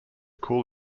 cool